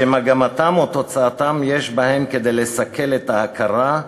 שמגמתן או תוצאתן יש בהן כדי לסכל את ההכרה,